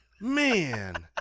Man